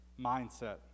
mindset